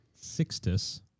Sixtus